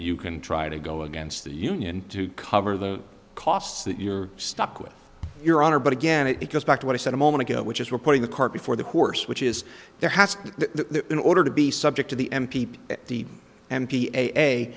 can try to go against the union to cover the costs that you're stuck with your honor but again it goes back to what i said a moment ago which is we're putting the cart before the horse which is there has to in order to be subject to the